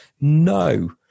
no